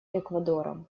эквадором